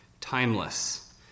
timeless